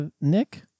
Nick